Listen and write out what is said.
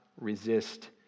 resist